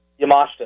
Yamashita